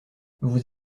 vous